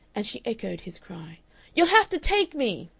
and she echoed his cry you'll have to take me!